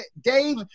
Dave